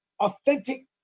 authentic